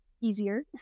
easier